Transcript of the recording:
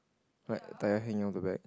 like a tire hanging on the back